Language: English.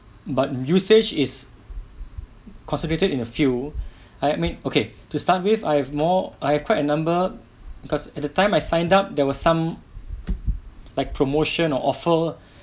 but usage is concentrated in a few I mean okay to start with I have more I have quite a number because at the time I signed up there was some like promotion or offer